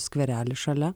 skverelis šalia